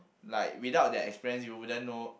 like without that experience you wouldn't know